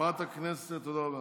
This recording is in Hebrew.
חברת הכנסת, תודה רבה,